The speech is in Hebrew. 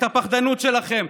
את הפחדנות שלכם,